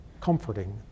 Comforting